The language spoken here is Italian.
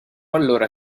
allora